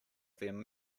their